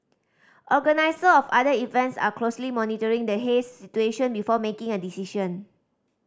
organiser of other events are closely monitoring the haze situation before making a decision